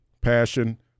passion